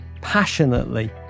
passionately